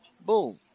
boom